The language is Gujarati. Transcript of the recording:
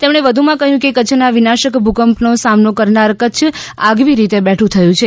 તેમણે વધુમાં કહ્યું કે કચ્છના વિનાશક ભૂકંપનો સામનો કરનાર કચ્છ આગવી રીતે બેઠું થયું છે